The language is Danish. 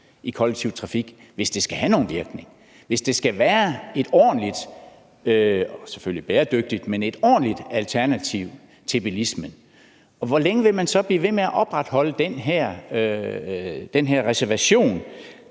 i kollektiv trafik, hvis det skal have nogen virkning. Hvis det skal være et ordentligt – selvfølgelig også bæredygtigt – alternativ til bilismen, hvor længe vil man så blive ved med at opretholde den her reservation?